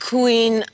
Queen